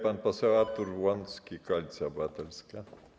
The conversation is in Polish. Pan poseł Artur Łącki, Koalicja Obywatelska.